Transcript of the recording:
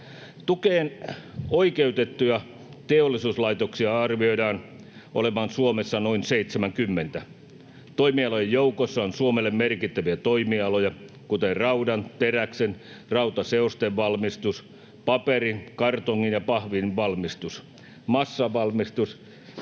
Tukeen oikeutettuja teollisuuslaitoksia arvioidaan olevan Suomessa noin 70. Toimialojen joukossa on Suomelle merkittäviä toimialoja, kuten raudan, teräksen ja rautaseosten valmistus, paperin, kartongin ja pahvin valmistus, massanvalmistus